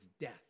death